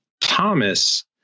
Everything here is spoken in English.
Thomas